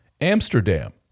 Amsterdam